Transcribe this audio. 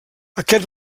aquest